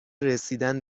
رسیدن